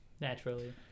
Naturally